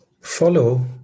Follow